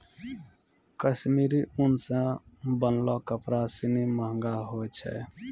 कश्मीरी उन सें बनलो कपड़ा सिनी महंगो होय छै